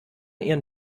ihren